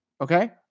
Okay